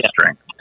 strength